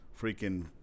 freaking